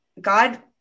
God